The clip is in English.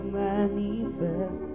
manifest